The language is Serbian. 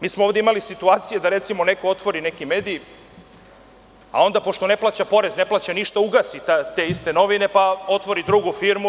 Mi smo ovde imali situacije da recimo neko otvori neki mediji, a onda pošto ne plaća porez, ne plaća ništa ugasi te iste novine pa otvori drugu firmu.